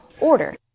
order